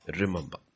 remember